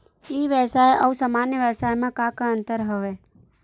ई व्यवसाय आऊ सामान्य व्यवसाय म का का अंतर हवय?